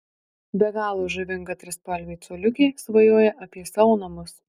be galo žavinga trispalvė coliukė svajoja apie savo namus